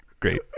Great